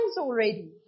already